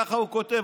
ככה הוא כותב,